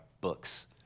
books